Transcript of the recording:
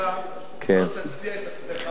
הדיון הוא דיון אישי.